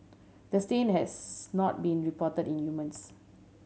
the strain has not been reported in humans